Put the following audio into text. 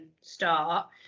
start